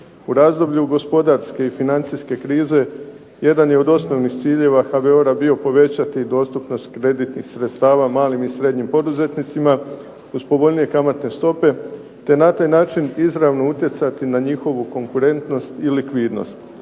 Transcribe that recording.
U razdoblju gospodarske i financijske krize jedan je od osnovnih ciljeva HBOR-a bio povećati dostupnost kreditnih sredstava malim i srednjim poduzetnicima uz povoljnije kamatne stope, te na taj način izravno utjecati na njihovu konkurentnost i likvidnost